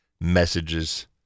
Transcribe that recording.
messages